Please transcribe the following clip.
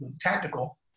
tactical